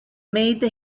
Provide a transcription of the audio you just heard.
made